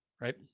right